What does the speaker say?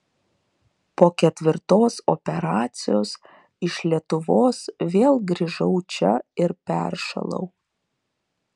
po ketvirtos operacijos iš lietuvos vėl grįžau čia ir peršalau